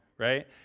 Right